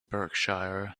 berkshire